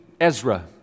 Ezra